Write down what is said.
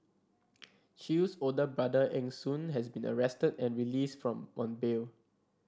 Chew's older brother Eng Soon has been arrested and released from on bail